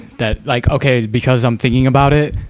that like, okay, because i'm thinking about it,